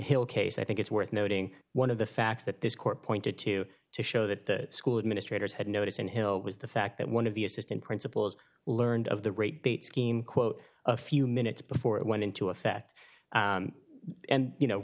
hill case i think it's worth noting one of the facts that this court pointed to to show that school administrators had notice in hill was the fact that one of the assistant principals learned of the rate based scheme quote a few minutes before it went into effect and you know